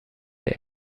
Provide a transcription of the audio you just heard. der